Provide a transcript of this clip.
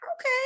Okay